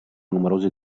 numerosi